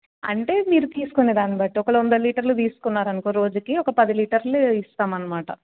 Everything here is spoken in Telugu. అంటే మీరు తీసుకునే దాని బట్టి ఒకవేళ వంద లీటర్లు తీసుకున్నారనుకో రోజుకి ఒక పది లీటర్లు ఇస్తామన్నమాట